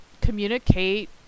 communicate